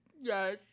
yes